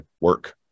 work